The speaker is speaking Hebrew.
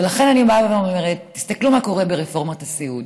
ולכן אני באה ואומרת: תסתכלו מה קורה ברפורמת הסיעוד.